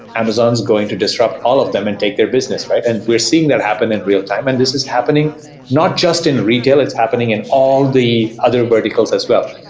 amazon is going to disrupt all of them and take their business, and we're seeing that happen in real-time and this is happening not just in retail. it's happening in all the other verticals as well.